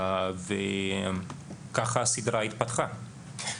כך הסדרה התפתחה.